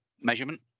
measurement